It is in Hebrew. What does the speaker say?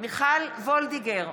מיכל וולדיגר,